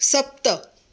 सप्त